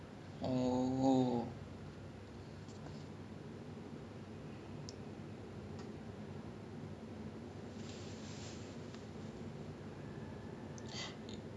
so like எல்லாத்தயுமே:ellaathayumae they they arranged it according to income not like our system where no matter how much money the parents earn or don't earn right the government can subsidise for you just to make sure that the child studies well